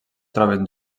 troben